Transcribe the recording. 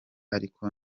ariko